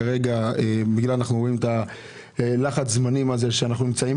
אנחנו רואים את לחץ הזמנים בו אנחנו נמצאים